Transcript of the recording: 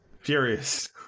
furious